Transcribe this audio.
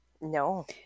No